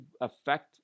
affect